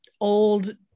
old